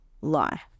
life